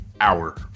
hour